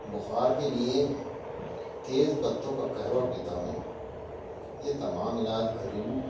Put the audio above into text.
بخار کے لیے تیز پتوں کا قہوہ پیتا ہوں یہ تمام علاج گھریلو